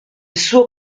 suo